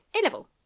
A-level